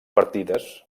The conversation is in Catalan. partides